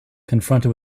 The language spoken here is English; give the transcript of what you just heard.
confronted